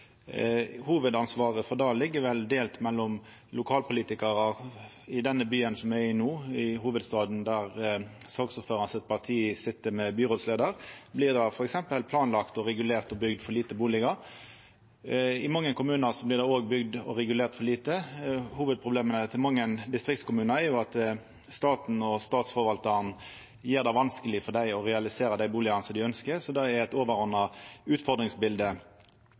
Hovudansvaret for det er vel delt mellom lokalpolitikarane i den byen som me er i no, hovudstaden, der saksordføraren sitt parti sit som byrådsleiar. Der blir det planlagt, regulert og bygd for få bustader. I mange kommunar blir det òg bygd og regulert for lite. Hovudproblemet for mange distriktskommunar er at staten og Statsforvaltaren gjer det vanskeleg for dei å realisera dei bustadene dei ønskjer, så det er eit overordna